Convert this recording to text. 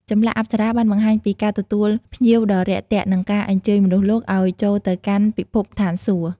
ចម្លាក់អប្សរាបានបង្ហាញពីការទទួលភ្ញៀវដ៏រាក់ទាក់ និងការអញ្ជើញមនុស្សលោកឲ្យចូលទៅកាន់ពិភពស្ថានសួគ៌។